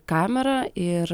kamera ir